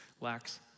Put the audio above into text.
lacks